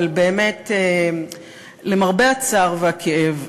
אבל למרבה הצער והכאב,